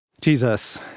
Jesus